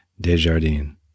Desjardins